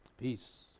Peace